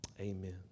Amen